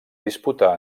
disputà